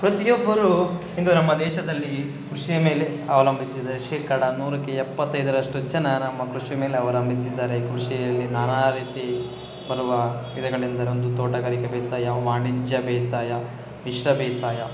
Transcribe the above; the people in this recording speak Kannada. ಪ್ರತಿಯೊಬ್ಬರೂ ಇಂದು ನಮ್ಮ ದೇಶದಲ್ಲಿ ಕೃಷಿಯ ಮೇಲೆ ಅವಲಂಬಿಸಿದ್ದಾರೆ ಶೇಕಡ ನೂರಕ್ಕೆ ಎಪ್ಪತ್ತೈದರಷ್ಟು ಜನ ನಮ್ಮ ಕೃಷಿ ಮೇಲೆ ಅವಲಂಬಿಸಿದ್ದಾರೆ ಕೃಷಿಯಲ್ಲಿ ನಾನಾ ರೀತಿ ಬರುವ ಬೆಳೆಗಳೆಂದರೆ ಒಂದು ತೋಟಗಾರಿಕೆ ಬೇಸಾಯ ವಾಣಿಜ್ಯ ಬೇಸಾಯ ಮಿಶ್ರ ಬೇಸಾಯ